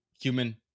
human